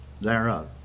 thereof